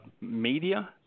media